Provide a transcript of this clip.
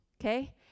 okay